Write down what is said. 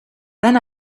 then